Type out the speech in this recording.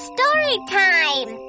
Storytime